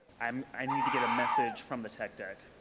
i'm i'm need to get a message from the tech deck.